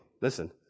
listen